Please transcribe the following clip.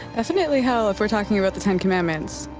definitely hell if we're talking about the ten commandments.